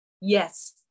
yes